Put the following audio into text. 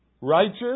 righteous